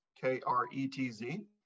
K-R-E-T-Z